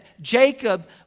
Jacob